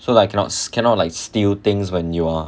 so like cannot s~ cannot like steal things when you are